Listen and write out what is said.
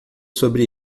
sobre